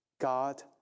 God